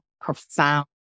profound